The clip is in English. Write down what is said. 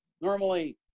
normally